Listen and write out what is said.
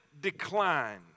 decline